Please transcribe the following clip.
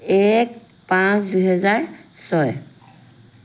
এক পাঁচ দুহেজাৰ ছয়